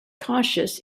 cautious